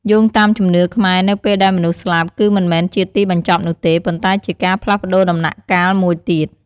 យោងតាមជំនឿខ្មែរ នៅពេលដែលមនុស្សស្លាប់ គឺមិនមែនជាទីបញ្ចប់នោះទេ ប៉ុន្តែជាការផ្លាស់ប្ដូរដំណាក់កាលមួយទៀត។